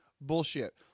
bullshit